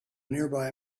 nearby